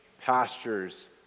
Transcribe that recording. pastures